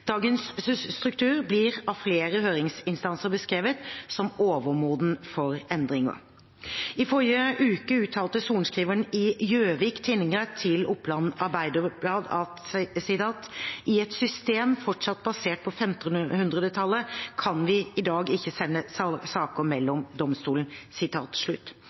Dagens struktur blir av flere høringsinstanser beskrevet som overmoden for endringer. I forrige uke uttalte sorenskriveren i Gjøvik tingrett til Oppland Arbeiderblad at «i et system fortsatt basert på 1500-tallet kan vi i dag ikke sende saker